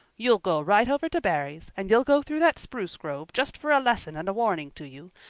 you'll go right over to barry's, and you'll go through that spruce grove, just for a lesson and a warning to you.